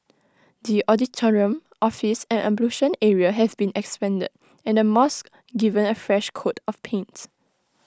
the auditorium office and ablution area have been expanded and the mosque given A fresh coat of paint